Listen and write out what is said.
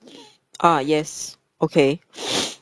ah yes okay